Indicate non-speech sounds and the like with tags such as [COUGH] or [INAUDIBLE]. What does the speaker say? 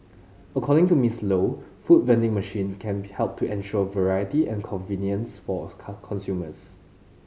according to Miss Low food vending machines can help to ensure variety and convenience for [UNINTELLIGIBLE] consumers